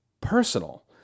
personal